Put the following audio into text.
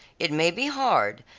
it may be hard,